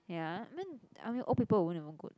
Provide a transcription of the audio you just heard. ya I mean I mean old people won't even go